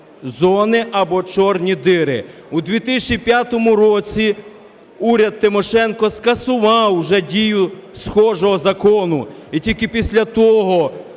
зони або чорні діри. У 2005 році уряд Тимошенко скасував вже дію схожого закону, і тільки після того